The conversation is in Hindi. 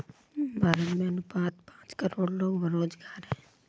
भारत में अनुमानतः पांच करोड़ लोग बेरोज़गार है